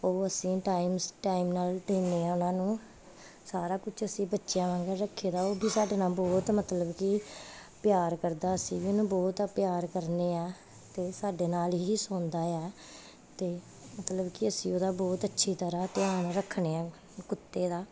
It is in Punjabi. ਉਹ ਅਸੀਂ ਟਾਈਮ ਸਿ ਟਾਈਮ ਨਾਲ ਦਿੰਦੇ ਆ ਉਹਨਾਂ ਨੂੰ ਸਾਰਾ ਕੁਝ ਅਸੀਂ ਬੱਚਿਆਂ ਵਾਂਗ ਰੱਖੀਦਾ ਉਹ ਵੀ ਸਾਡੇ ਨਾਲ ਬਹੁਤ ਮਤਲਬ ਕਿ ਪਿਆਰ ਕਰਦਾ ਸੀ ਇਹਨੂੰ ਬਹੁਤ ਪਿਆਰ ਕਰਦੇ ਹਾਂ ਅਤੇ ਸਾਡੇ ਨਾਲ ਹੀ ਸੋਂਦਾ ਆ ਅਤੇ ਮਤਲਬ ਕਿ ਅਸੀਂ ਉਹਦਾ ਬਹੁਤ ਅੱਛੀ ਤਰ੍ਹਾਂ ਧਿਆਨ ਰੱਖਦੇ ਹਾਂ ਕੁੱਤੇ ਦਾ